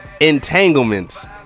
Entanglements